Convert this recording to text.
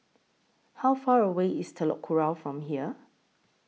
How Far away IS Telok Kurau from here